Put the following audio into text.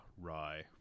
rye